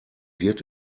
wird